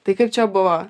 tai kaip čia buvo